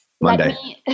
Monday